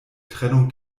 trennung